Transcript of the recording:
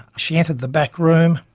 she entered the back room,